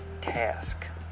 task